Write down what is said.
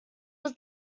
was